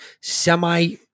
semi